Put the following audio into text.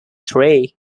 three